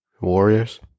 Warriors